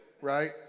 right